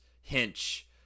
Hinch